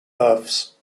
earths